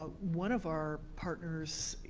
one of our partners,